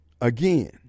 again